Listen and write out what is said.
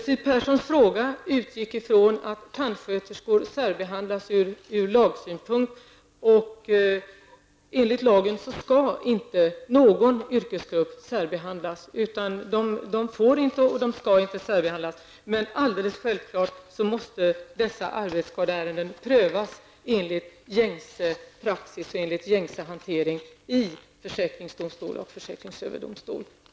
Siw Perssons fråga utgick ifrån att tandsköterskorna särbehandlas ur lagsynpunkt. Enligt lagen skall inte någon yrkesgrupp särbehandlas, de får inte och de skall inte särbehandlas. Men det är självklart att dessa arbetsskadeärenden måste prövas enligt gängse praxis och enligt gängse hantering i försäkringsdomstol och försäkringsöverdomstol.